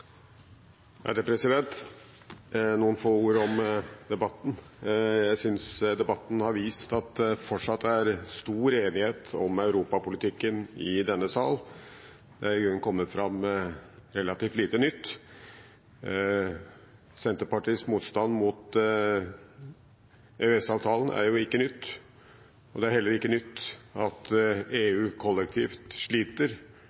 har arvet. Noen få ord om debatten: Jeg synes debatten har vist at det fortsatt er stor enighet om europapolitikken i denne sal. Det har i grunnen kommet fram relativt lite nytt. Senterpartiets motstand mot EØS-avtalen er jo ikke ny, og det er heller ikke nytt at EU kollektivt sliter